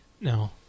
No